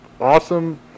awesome